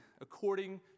according